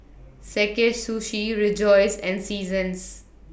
Sakae Sushi Rejoice and Seasons